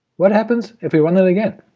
what happens if we run it again?